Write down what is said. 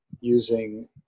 using